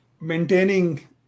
maintaining